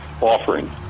offering